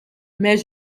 mais